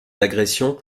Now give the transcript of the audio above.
agressions